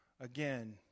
again